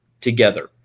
together